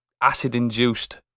acid-induced